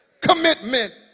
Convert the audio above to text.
commitment